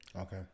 Okay